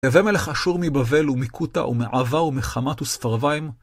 ויבא מלך אשור מבבל ומכותה ומעוא ומחמת וספרוים